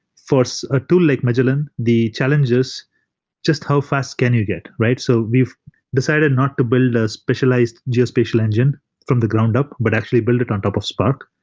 a tool like magellan, the challenge is just how fast can you get, right? so we've decided not to build a specialized geospatial engine from the ground up, but actually build it on top of spark,